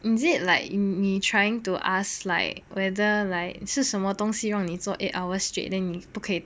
is it like 你 trying to ask like whether like 是什么东西让你做 eight hours straight then 你不可以